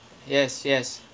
yes yes